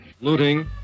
Looting